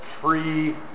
free